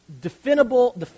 definable